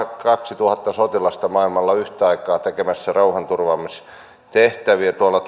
kaksituhatta sotilasta maailmalla yhtä aikaa tekemässä rauhanturvaamistehtäviä tuolla